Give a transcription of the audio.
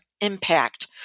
impact